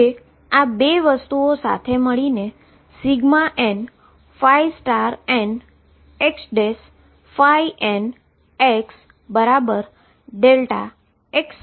જે આ બે વસ્તુઓ સાથે મળીને nnxnxδx x કહે છે